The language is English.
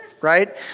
Right